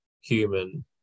human